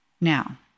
Now